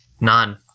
none